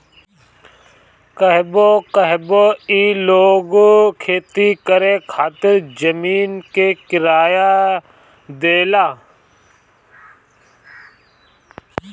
कहवो कहवो ई लोग खेती करे खातिर जमीन के किराया देवेला